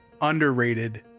underrated